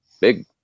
big